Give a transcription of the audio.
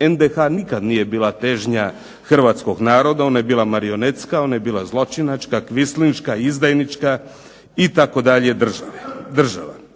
NDH nikad nije bila težnja hrvatskog naroda. Ona je bila marionetska, ona je bila zločinačka, kvislinška, izdajnička itd. država.